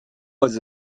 was